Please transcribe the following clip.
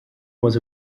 was